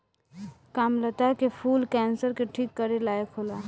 कामलता के फूल कैंसर के ठीक करे लायक होला